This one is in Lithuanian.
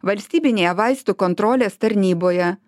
valstybinėje vaistų kontrolės tarnyboje